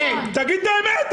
אבל צריך להגיע ל-40% ירידה,